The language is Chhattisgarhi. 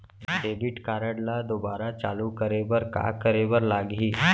डेबिट कारड ला दोबारा चालू करे बर का करे बर लागही?